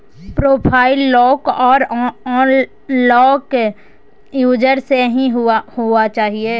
profile lock आर unlock user से ही हुआ चाहिए